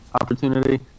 opportunity